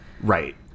Right